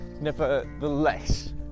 nevertheless